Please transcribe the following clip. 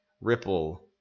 Ripple